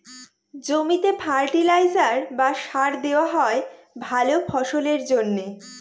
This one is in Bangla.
জমিতে ফার্টিলাইজার বা সার দেওয়া হয় ভালা ফসলের জন্যে